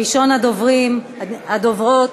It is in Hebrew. ראשונת הדוברות,